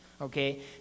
okay